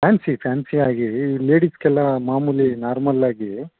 fancy ಫ್ಯಾನ್ಸಿಯಾಗಿ ಲೇಡೀಸಿಗೆಲ್ಲಾ ಮಾಮೂಲಿ ನಾರ್ಮಲ್ಲಾಗಿ